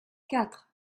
quatre